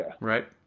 Right